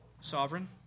sovereign